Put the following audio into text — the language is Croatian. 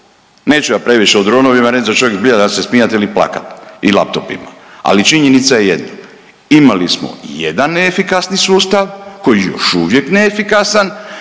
Neću ja previše o dronovima, ne zna čovjek zbilja dal se smijat il plakat, i laptopima, ali činjenica je jedna, imali smo jedan neefikasni sustav koji je još uvijek neefikasan,